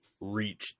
reached